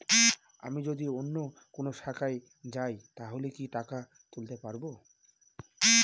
আমি যদি অন্য কোনো শাখায় যাই তাহলে কি টাকা তুলতে পারব?